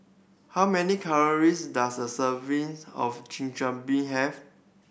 how many calories does a serving of Chigenabe have